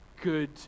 good